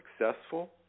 successful